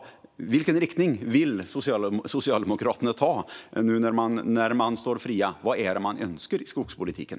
Vilken riktning vill Socialdemokraterna ta, nu när man står fri? Vad är det man önskar i skogspolitiken?